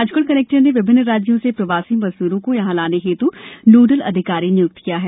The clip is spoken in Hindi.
राजग कलेक्टर ने विभिन्न राज्यों से प्रवासी मजदूरों को यहाँ लाने हेतु नोडल अधिकारी नियुक्त किए गए हैं